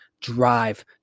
Drive